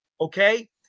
Okay